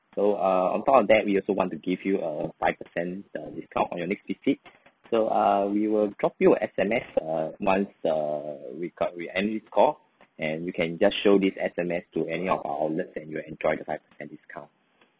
so uh on top of that we also want to give you a five percent uh discount on your next visit so uh we will drop you a S_M_S uh once err we co~ we end this call and you can just show this S_M_S to any of our outlets and you will enjoy the five percent discount